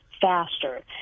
faster